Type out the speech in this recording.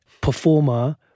performer